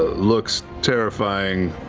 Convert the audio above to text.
ah looks terrifying.